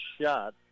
shot